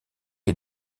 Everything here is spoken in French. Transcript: est